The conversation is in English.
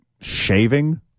shaving